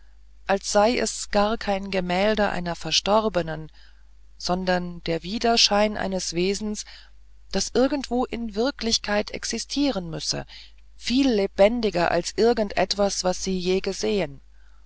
als sei es gar kein gemälde einer verstorbenen sondern der widerschein eines wesens das irgendwo in wirklichkeit existieren müsse viel lebendiger als irgend etwas was sie je gesehen